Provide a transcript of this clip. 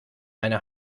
meine